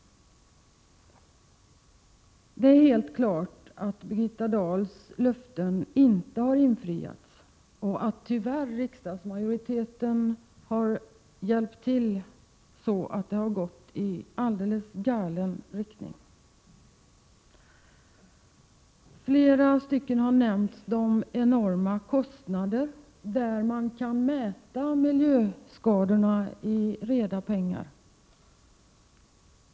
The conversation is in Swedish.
Det är helt klart att Birgitta Dahls löften inte har infriats och att en riksdagsmajoritet, tyvärr, har medverkat till en utveckling i alldeles galen riktning. Flera talare har nämnt de enorma kostnader som det här rör sig om. Man kan alltså mäta miljöskadorna i reda pengar.